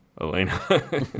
Elena